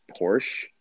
Porsche